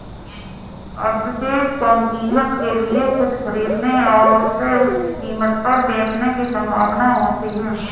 arbitrage कम कीमत के लिए कुछ खरीदने और इसे उच्च कीमत पर बेचने की संभावना होती है